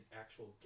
actual